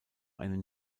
einen